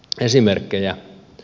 esimerkkejä